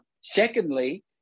Secondly